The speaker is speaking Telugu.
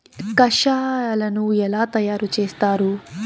కషాయాలను ఎలా తయారు చేస్తారు?